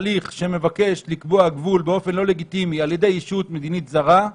שמבקש לקבוע גבול באופן לא לגיטימי על ידי ישות מדינית זרה,